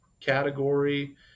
category